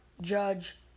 Judge